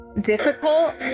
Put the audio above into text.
difficult